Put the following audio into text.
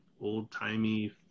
old-timey